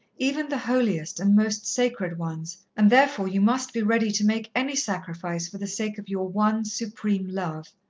even the holiest and most sacred ones, and therefore you must be ready to make any sacrifice for the sake of your one, supreme love.